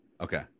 Okay